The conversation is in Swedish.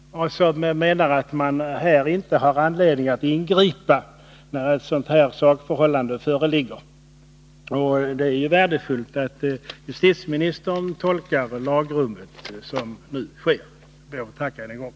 De menar att man inte har anledning ingripa när ett sådant här sakförhållande föreligger. Det är värdefullt att justitieministern tolkar lagrummet som nu sker. Jag tackar än en gång.